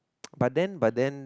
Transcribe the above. but then but then